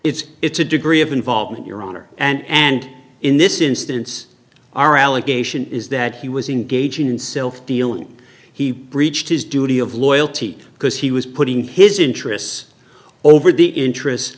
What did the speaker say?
it's it's a degree of involvement your honor and in this instance our allegation is that he was engaging in self dealing he breached his duty of loyalty because he was putting his interests over the interests